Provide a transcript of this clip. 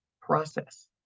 process